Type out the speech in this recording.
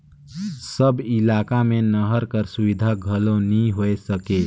सब इलाका मे नहर कर सुबिधा घलो नी होए सके